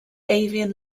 avian